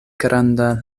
granda